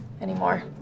anymore